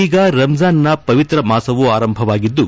ಈಗ ರಂಜಾನ್ನ ಪವಿತ್ರ ಮಾಸವು ಆರಂಭವಾಗಿದ್ದು